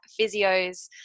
physios